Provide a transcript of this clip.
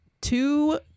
Two